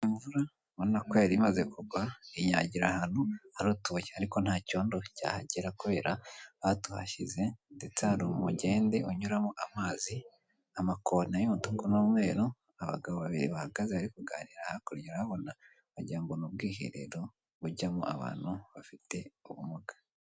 Imvura ubona ko yari imaze kugwa inyagira ahantu hari utubuye ariko nta cyondo cyahagera kubera batuhashyize ndetse hari umugende unyuramo amazi, amakona y'umutuku n'umweru, abagabo babiri bahagaze bari kuganira, hakurya urahabona wagira ngo ni ubwiherero bujyamo abantu bafite ubumuga.